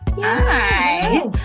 Hi